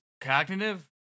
Cognitive